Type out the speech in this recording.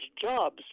jobs